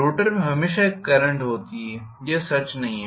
rotor में हमेशा एक करंट होती है यह सच नहीं है